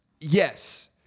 Yes